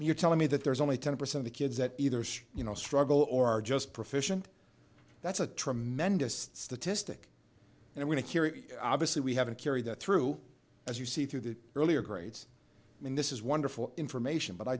you're telling me that there's only ten percent of kids that either you know struggle or are just proficiency that's a tremendous statistic and when a cure obviously we have to carry that through as you see through the earlier grades i mean this is wonderful information but i